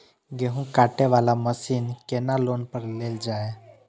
गेहूँ काटे वाला मशीन केना लोन पर लेल जाय?